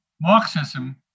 Marxism